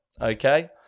okay